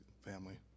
family